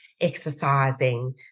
exercising